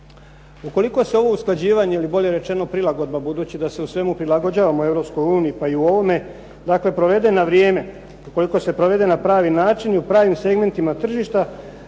Ukoliko se ovo usklađivanje ili bolje rečeno prilagodba, budući da se u svemu prilagođavamo Europskoj uniji pa i u ovome, dakle provede na vrijeme. Ukoliko se provede na pravi način i u pravim segmentima tržišta